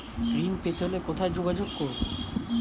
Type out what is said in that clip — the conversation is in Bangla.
ঋণ পেতে হলে কোথায় যোগাযোগ করব?